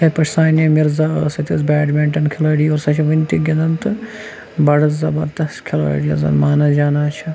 یِتھٕے پٲٹھۍ سانِیا مِرزا ٲسۍ سۄ تہِ ٲس بیڈمِنٛٹَن کھِلٲڑۍ اور سۄ چھِ وٕنہِ تہِ گِنٛدان تہٕ بَڑٕ زَبردست کھِلٲڑۍ یۄس زَن مانا جانا چھٕ